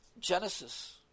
Genesis